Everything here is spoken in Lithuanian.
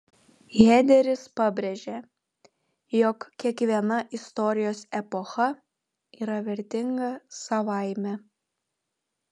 hederis pabrėžė jog kiekviena istorijos epocha yra vertinga savaime